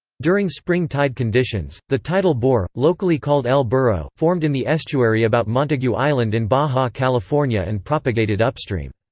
during spring tide conditions, the tidal bore locally called el burro formed in the estuary about montague island in baja california and propagated upstream.